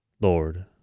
Lord